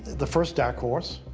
the first dark horse,